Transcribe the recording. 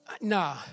nah